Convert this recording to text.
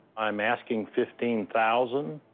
i'm asking fifteen thousand